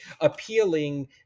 appealing